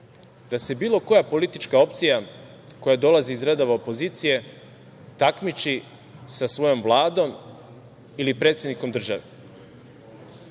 da se bilo koja politička opcija, koja dolazi iz redova opozicije, takmiči sa svojom Vladom ili predsednikom države.